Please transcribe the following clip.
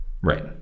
Right